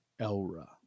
Elra